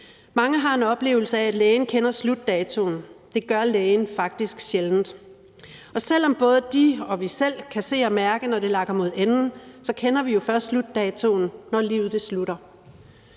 Mange har en oplevelse af, at lægen kender slutdatoen. Det gør lægen faktisk sjældent, og selv om både lægen og vi selv kan se og mærke, når det lakker mod enden, kender vi jo først slutdatoen, når livet slutter.